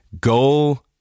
Go